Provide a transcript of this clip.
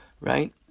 Right